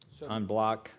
unblock